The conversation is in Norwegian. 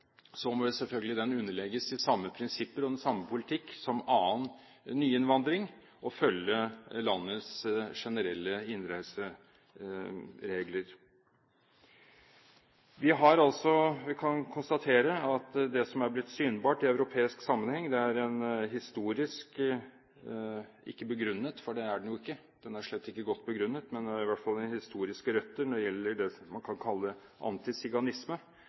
selvfølgelig den underlegges de samme prinsipper og den samme politikk som annen nyinnvandring og følge landets generelle innreiseregler. Vi kan konstatere at det som er blitt synbart i europeisk sammenheng, ikke er historisk begrunnet – for det er det jo ikke, det er slett ikke godt begrunnet – men når det gjelder det man kan kalle antisiganisme som et europeisk fenomen, har det i hvert fall historiske røtter. Det